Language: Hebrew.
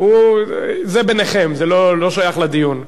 זה ביניכם, זה לא שייך לדיון.